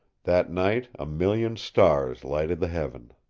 that night a million stars lighted the heaven.